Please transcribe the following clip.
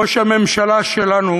ראש הממשלה שלנו